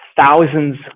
thousands